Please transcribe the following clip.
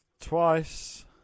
Twice